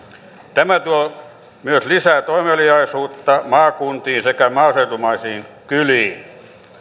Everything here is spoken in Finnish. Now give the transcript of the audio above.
tämä tuo myös lisää toimeliaisuutta maakuntiin sekä maaseutumaisiin kyliin